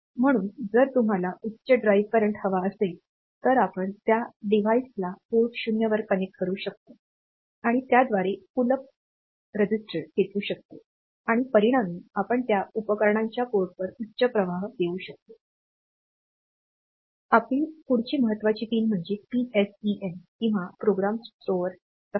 म्हणून जर तुम्हाला उच्च ड्राईव्ह करंट हवा असेल तर आपण त्या डिव्हाइसला पोर्ट 0 वर कनेक्ट करू शकतो आणि त्याद्वारे पुल अप प्रतिरोधक खेचू शकतो आणि परिणामी आपण त्या उपकरणांच्या पोर्टवर उच्च प्रवाह देउ शकतो आपली पुढची महत्त्वाची पिन म्हणजे PSEN किंवा प्रोग्राम स्टोअर सक्षम